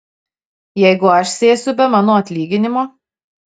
jeigu aš sėsiu be mano atlyginimo